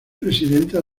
presidenta